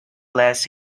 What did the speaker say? less